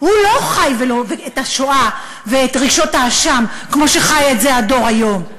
הוא לא חי את השואה ואת רגשות האשם כמו שחי את זה הדור היום.